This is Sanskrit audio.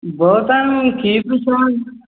भवतां कीदृशं